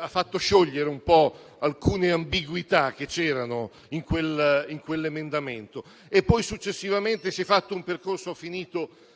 ha fatto sciogliere un po' alcune ambiguità che c'erano in quell'emendamento; successivamente si è fatto un percorso